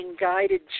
guided